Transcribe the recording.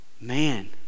man